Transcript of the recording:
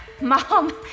Mom